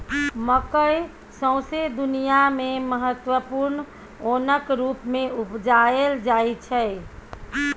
मकय सौंसे दुनियाँ मे महत्वपूर्ण ओनक रुप मे उपजाएल जाइ छै